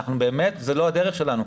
באמת זו לא הדרך שלנו.